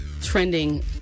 Trending